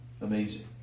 Amazing